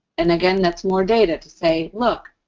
and, again, that's more data to say, look.